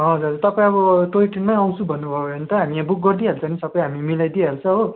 हजुर तपाईँ अब टोय ट्रेनमै आउँछु भन्नुभयो भने त हामी यहाँ बुक गरिदिई हाल्छौँ नि सबै हामी मिलाइदिई हाल्छौँ हो